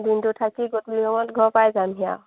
দিনটো থাকি গধূলি সময়ত ঘৰ পাই যামহি আৰু